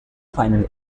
finally